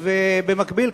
במקביל,